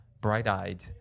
Bright-eyed